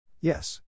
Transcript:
Yes